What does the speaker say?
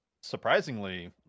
surprisingly